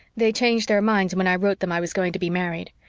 they changed their minds when i wrote them i was going to be married.